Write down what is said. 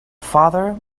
father